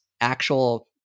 actual